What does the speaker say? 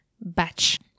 batch